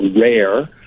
rare